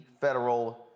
federal